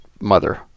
Mother